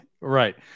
right